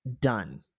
done